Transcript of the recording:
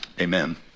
amen